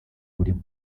burimo